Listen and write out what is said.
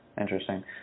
Interesting